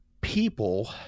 people